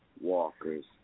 walkers